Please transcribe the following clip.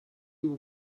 will